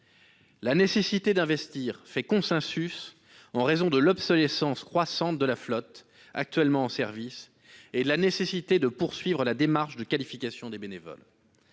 La nécessité d'investir fait consensus en raison de l'obsolescence croissante de la flotte actuellement en service et de la nécessité de poursuivre la démarche de qualification des bénévoles.